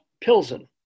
Pilsen